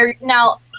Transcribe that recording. now